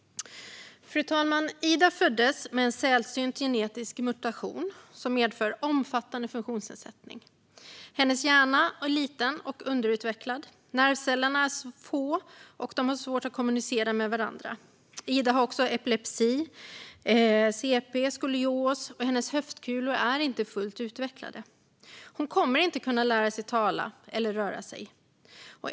Fru talman! Ida föddes med en sällsynt genetisk mutation som medför en omfattande funktionsnedsättning. Hennes hjärna är liten och underutvecklad. Nervcellerna är få, och de har svårt att kommunicera med varandra. Ida har också epilepsi, CP och skolios, och hennes höftkulor är inte fullt utvecklade. Hon kommer inte att kunna lära sig att tala eller att röra sig.